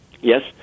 Yes